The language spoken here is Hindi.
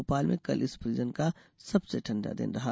भोपाल में कल इस सीजन का सबसे ठंडा दिन रहा